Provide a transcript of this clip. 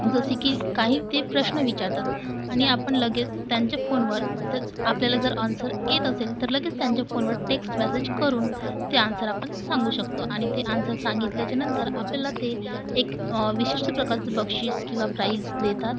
जसे की काही ते प्रश्न विचारतात आणि आपण लगेच त्यांच्या फोनवर आपल्याला जर आन्सर येत असेल तर लगेच त्यांच्या फोनवर टेक्स्ट मेसेज करून ते आन्सर आपण सांगू शकतो आणि ते आन्सर सांगितल्याच्या नंतर आपल्याला ते एक विशिष्ठ प्रकारचं बक्षीस किंवा प्राइज देतात